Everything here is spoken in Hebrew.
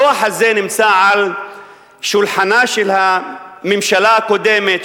הדוח הזה נמצא על שולחנה של הממשלה הקודמת,